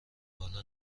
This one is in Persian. حالا